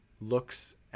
looks